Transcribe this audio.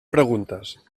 preguntes